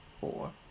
four